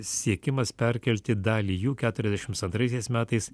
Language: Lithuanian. siekimas perkelti dalį jų keturiasdešims antraisiais metais